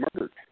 murdered